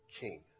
king